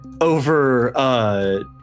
...over